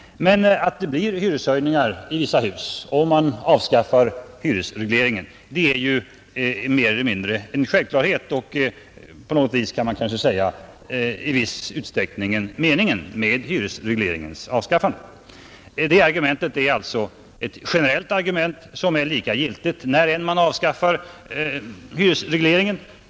Att det blir hyreshöjningar i vissa hus om man avskaffar hyresregleringen är självklart och i viss utsträckning, kan man säga, meningen med en sådan reform. Det argumentet är alltså generellt och lika giltigt när man än aktualiserar ett avskaffande.